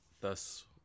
thus